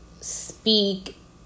speak